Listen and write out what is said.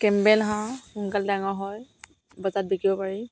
Campbell হাঁহ সোনকালে ডাঙৰ হয় বজাৰত বিকিব পাৰি